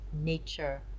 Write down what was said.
nature